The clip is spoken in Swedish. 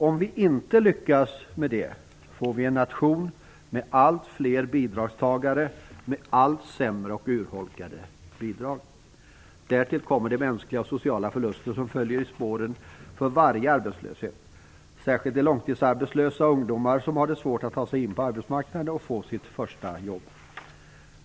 Om vi inte lyckas med det får vi en nation med allt fler bidragstagare med allt sämre och alltmera urholkade bidrag. Därtill kommer de mänskliga och sociala förluster som följer i spåren för varje arbetslöshet. Det gäller särskilt de långtidsarbetslösa och ungdomar som har svårt att ta sig in på arbetsmarknaden och få sitt första jobb.